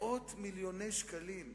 מאות מיליוני שקלים.